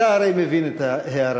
אתה הרי מבין את הערתי.